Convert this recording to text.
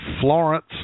Florence